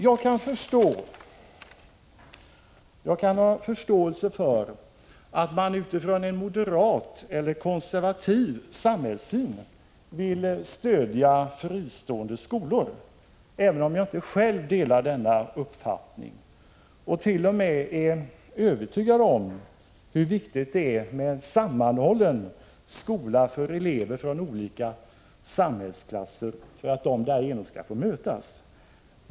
Jag kan ha förståelse för att man utifrån en moderat eller konservativ samhällssyn vill stödja fristående skolor, även om jag inte själv delar denna uppfattning och t.o.m. är övertygad om hur viktigt det är med en sammanhållen skola för elever från olika samhällsklasser — för att de därigenom skall få mötas.